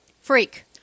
Freak